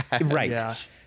Right